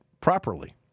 properly